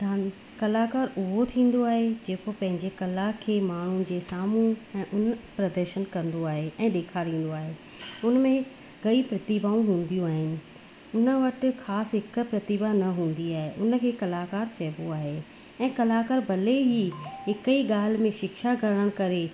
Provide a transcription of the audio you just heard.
डां कलाकार उहो थींदो आहे जेको पंहिंजे कला खे माण्हुनि जे साम्हूं ऐं उहो प्रदर्शन कंदो आहे ऐं ॾेखारींदो आहे उन में कई प्रतिभाऊं हूंदियूं आहिनि उन वटि ख़ासि हिकु प्रतिभा न हूंदी आहे उन खे कलाकार चइबो आहे ऐं कलाकार भले हीअ हिकु ई ॻाल्हि में शिक्षा करणु करे